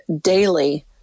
Daily